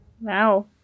Wow